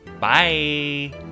Bye